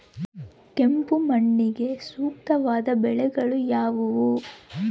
ಕೆಂಪು ಮಣ್ಣಿಗೆ ಸೂಕ್ತವಾದ ಬೆಳೆಗಳು ಯಾವುವು?